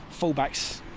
fullbacks